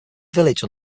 village